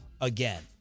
again